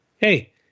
hey